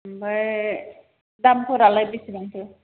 ओमफ्राय दामफोरालाय बेसेबांथो